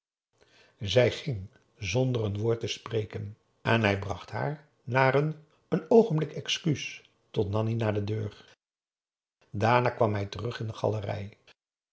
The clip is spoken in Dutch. zij ging zonder een woord te spreken en hij bracht haar na een n oogenblik excuus tot nanni naar de deur daarna kwam hij terug in de galerij